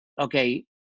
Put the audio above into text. okay